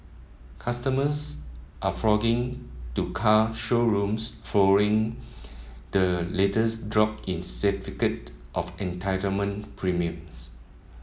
customers are flocking to car showrooms following the latest drop in certificate of entitlement premiums